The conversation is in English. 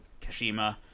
Kashima